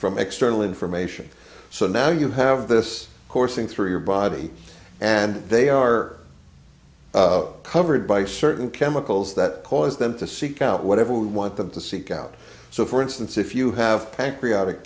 from external information so now you have this coursing through your body and they are covered by certain chemicals that cause them to seek out whatever we want them to seek out so for instance if you have pancreatic